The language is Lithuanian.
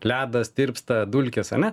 ledas tirpsta dulkės ane